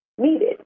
needed